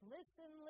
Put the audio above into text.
Listen